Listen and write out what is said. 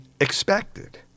expected